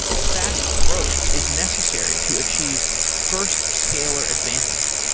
fast growth is necessary to achieve first scaleer advantage.